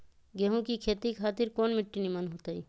गेंहू की खेती खातिर कौन मिट्टी निमन हो ताई?